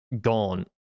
gone